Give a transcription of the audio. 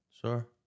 Sure